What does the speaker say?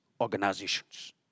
organizations